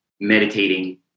meditating